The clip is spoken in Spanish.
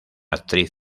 actriz